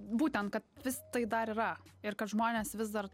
būtent kad vis tai dar yra ir kad žmonės vis dar